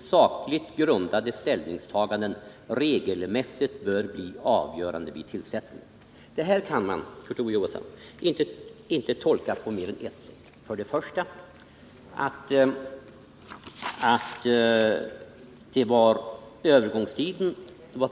sakligt grundade ställningstaganden regelmässigt bör bli avgörande vid tillsättningen.” Detta, Kurt Ove Johansson, kan inte tolkas på mer än ett sätt. För det första var det tal om övergångstiden.